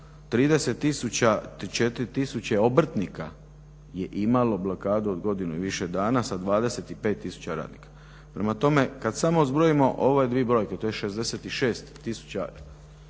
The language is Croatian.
tisuća 4 tisuće obrtnika je imalo blokadu od godinu i više dana sa 25 tisuća radnika. Prema tome kada samo zbrojimo ove dvije brojke to je 66 tisuća